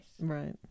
Right